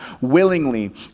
willingly